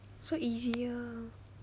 so easier